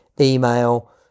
email